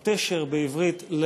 או תשר בעברית,